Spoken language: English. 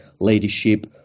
leadership